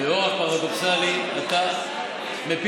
שלושה חודשים לא מקדמים ולא מגישים את זה.